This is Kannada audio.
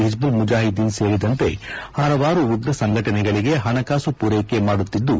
ಓಜ್ದಾಲ್ ಮುಜಾಹಿದ್ದೀನ್ ಸೇರಿದಂತೆ ಪಲವಾರು ಉಗ್ರ ಸಂಘಟನೆಗಳಿಗೆ ಪಣಕಾಸು ಮೂರೈಕೆ ಮಾಡುತ್ತಿದ್ದು